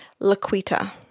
Laquita